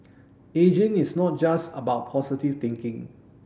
ageing is not just about positive thinking